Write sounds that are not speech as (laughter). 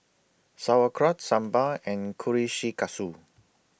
Sauerkraut Sambar and (unintelligible)